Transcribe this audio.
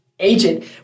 Agent